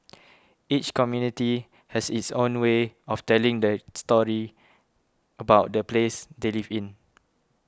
each community has its own way of telling the story about the place they live in